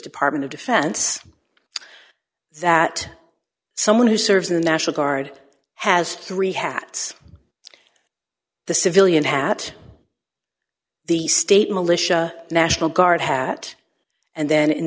department of defense that someone who serves the national guard has three hats the civilian hat the state militia national guard hat and then in